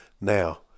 Now